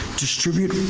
distribute